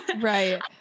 right